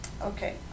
Okay